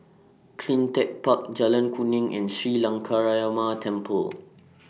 CleanTech Park Jalan Kuning and Sri Temple